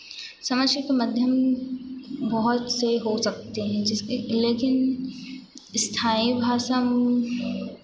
समझने के माध्यम बहुत से हो सकते हैं जिसके लेकिन स्थाई भाषा हो